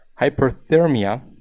Hyperthermia